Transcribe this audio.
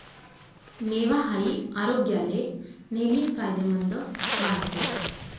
मेवा हाई आरोग्याले नेहमीच फायदेमंद मानतस